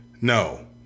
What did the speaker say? No